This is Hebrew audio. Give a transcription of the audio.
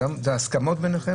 זה הסכמות ביניכם?